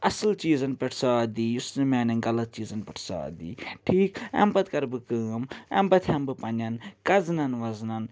اصٕل چیٖزن پٮ۪ٹھ ساتھ دی یُس نہٕ میٛانٮ۪ن غلط چیٖزن پٮ۪ٹھ ساتھ دی ٹھیٖک اَمہِ پتہٕ کَرٕ بہٕ کٲم اَمہِ پتہٕ ہٮ۪مہٕ بہٕ پنٛنٮ۪ن کزنن وزنن